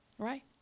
right